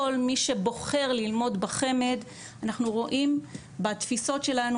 כל מי שבוחר ללמוד בחמ"ד אנחנו רואים בתפיסות שלנו